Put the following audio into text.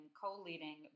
co-leading